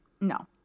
no